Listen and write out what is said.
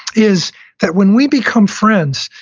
is that when we become friends,